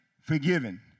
forgiven